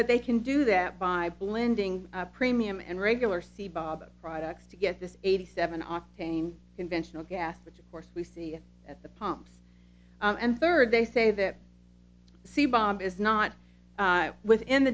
but they can do that by blending premium and regular c bob products to get this eighty seven octane conventional gas which of course we see at the pumps and third they say that c bob is not within